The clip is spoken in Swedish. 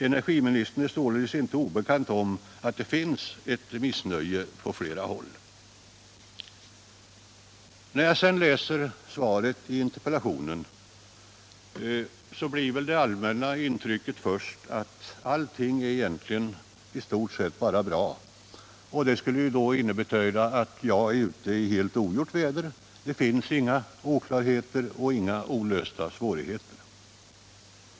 Energiministern är således inte obekant med att det finns ett 14 november 1977 missnöje på flera håll. När jag läser svaret på min interpellation blir det första intrycket att — Om provningen av allting egentligen är i stort sett bara bra. Det skulle betyda att jag är = stationära lyftanute i helt ogjort väder — det finns inga oklarheter och inga olösta svå — ordningar righeter.